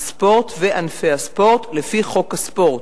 המונחים "ספורט" ו"ענפי הספורט" לפי חוק הספורט.